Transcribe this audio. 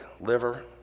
liver